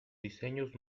diseños